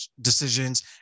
decisions